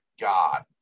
God